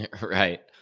Right